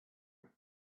take